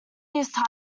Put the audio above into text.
use